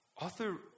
Author